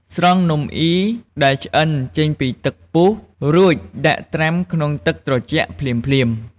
ស្រង់នំអុីដែលឆ្អិនចេញពីទឹកពុះ រួចដាក់ត្រាំក្នុងទឹកត្រជាក់ភ្លាមៗ។